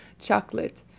chocolate